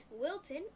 Wilton